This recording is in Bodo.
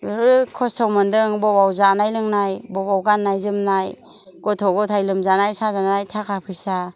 बेराद खस्थ' मोन्दों बबाव जानाय लोंनाय बबाव गान्नाय जोमनाय गथ' गथाय लोमजानाय साजानाय थाखा फैसा